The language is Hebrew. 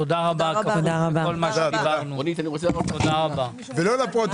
תודה רבה, כפוף לכל מה שדיברנו.